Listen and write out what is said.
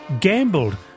gambled